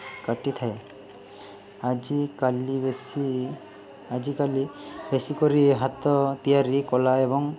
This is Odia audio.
କାଟିଥାଏ ଆଜିକାଲି ବେଶୀ ଆଜିକାଲି ବେଶୀ କରି ହାତ ତିଆରି କଳା ଏବଂ